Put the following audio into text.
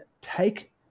take